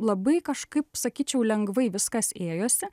labai kažkaip sakyčiau lengvai viskas ėjosi